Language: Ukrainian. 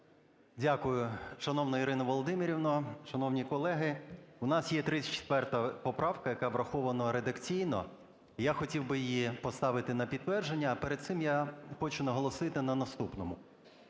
Дякую. Шановна Ірино Володимирівно, шановні колеги! У нас є 34 поправка, яка врахована редакційно. Я хотів би її поставити на підтвердження. А перед цим я хочу наголосити на наступному.